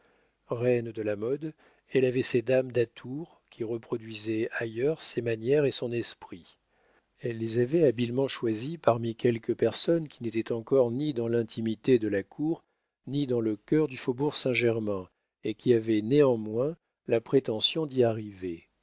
reine de la mode elle avait ses dames d'atours qui reproduisaient ailleurs ses manières et son esprit elle les avait habilement choisies parmi quelques personnes qui n'étaient encore ni dans l'intimité de la cour ni dans le cœur du faubourg saint-germain et qui avaient néanmoins la prétention d'y arriver